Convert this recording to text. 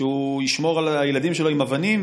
שהוא ישמור על הילדים שלו עם אבנים?